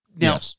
Now